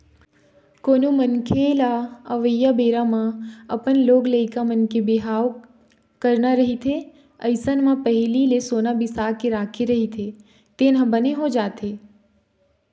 कोनो मनखे लअवइया बेरा म अपन लोग लइका मन के बिहाव करना रहिथे अइसन म पहिली ले सोना बिसा के राखे रहिथे तेन ह बने हो जाथे